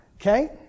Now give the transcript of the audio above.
okay